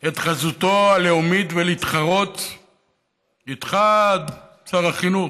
את חזותו הלאומית ולהתחרות איתך, שר החינוך.